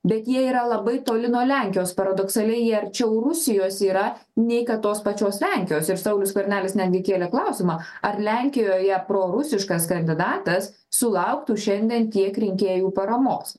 bet jie yra labai toli nuo lenkijos paradoksaliai jie arčiau rusijos yra nei kad tos pačios lenkijos ir saulius skvernelis netgi kėlė klausimą ar lenkijoje prorusiškas kandidatas sulauktų šiandien tiek rinkėjų paramos